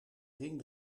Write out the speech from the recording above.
ring